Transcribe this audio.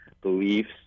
beliefs